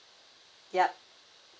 yup